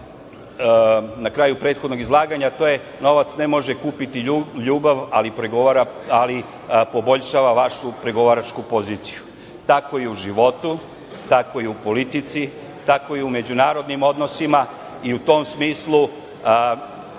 na kraju prethodnog izlaganja rekao, a to je, novac ne može kupiti ljubav, ali poboljšava vašu pregovaračku poziciju. Tako je i u životu, tako je i u politici, tako je i u međunarodnim odnosima. U tom smislu